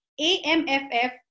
AMFF